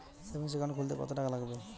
Savings account খুলতে কতটাকা লাগবে?